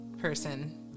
Person